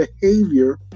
behavior